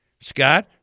Scott